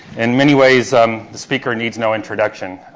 in many ways, um the speaker needs no introduction.